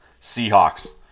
Seahawks